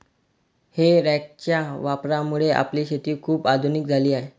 हे रॅकच्या वापरामुळे आपली शेती खूप आधुनिक झाली आहे